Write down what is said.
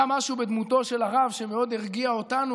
היה משהו בדמותו של הרב שמאוד הרגיע אותנו,